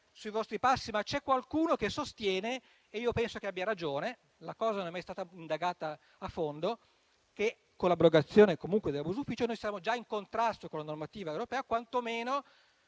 sui vostri passi. C'è però qualcuno che sostiene - e io penso che abbia ragione, la cosa non è mai stata indagata a fondo - che comunque con l'abrogazione dell'abuso d'ufficio noi siamo già in contrasto con la normativa europea, quantomeno